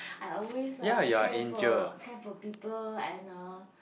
I always ah care for care for people and uh